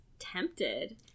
Tempted